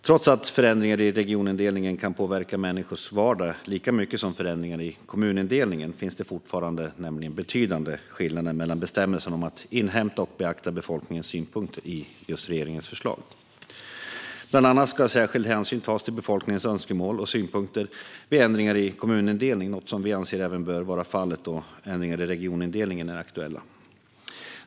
Trots att förändringar i regionindelningen kan påverka människors vardag lika mycket som förändringar i kommunindelningen finns det nämligen fortfarande betydande skillnader mellan bestämmelserna om att inhämta och beakta befolkningens synpunkter i regeringens förslag. Bland annat ska särskild hänsyn tas till befolkningens önskemål och synpunkter vid ändringar i kommunindelningen, något som vi anser bör vara fallet även då ändringar i regionindelningen är aktuella.